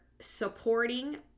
supporting